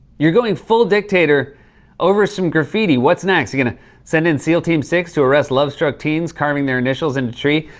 you're going full dictator over some graffiti. what's next, you gonna send in seal team six to arrest lovestruck teens carving their initials in a tree?